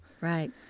right